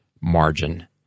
margin